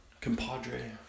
compadre